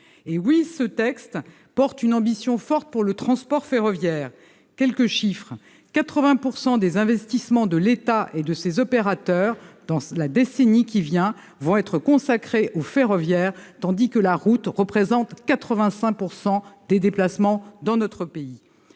Eh oui, ce texte porte une ambition forte pour le transport ferroviaire ! Voici quelques chiffres : 80 % des investissements de l'État et de ses opérateurs, dans la décennie qui vient, vont être consacrés au ferroviaire, tandis que la route représente 85 % des déplacements dans notre pays.